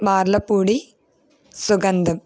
మార్లపుడి సుగంధం